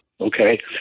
okay